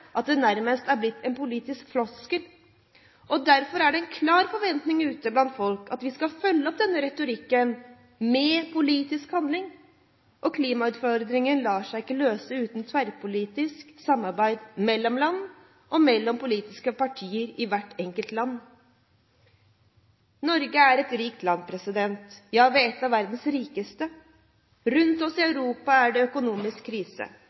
at den nærmest er blitt en politisk floskel. Derfor er det en klar forventning ute blant folk at vi skal følge opp denne retorikken med politisk handling. Klimautfordringen lar seg ikke løse uten tverrpolitisk samarbeid mellom land og mellom politiske partier i hvert enkelt land. Norge er et rikt land, ja, vi er et av verdens rikeste. Rundt oss i Europa er det økonomisk krise.